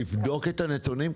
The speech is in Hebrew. לבדוק את הנתונים,